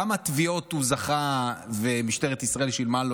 בכמה תביעות הוא זכה ומשטרת ישראל שילמה לו